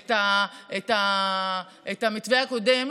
את המתווה הקודם.